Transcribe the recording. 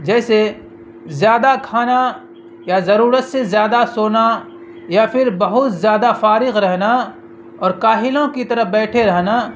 جیسے زیادہ کھانا یا ضرورت سے زیادہ سونا یا پھر بہت زیادہ فارغ رہنا اور کاہلوں کی طرح بیٹھے رہنا